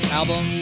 album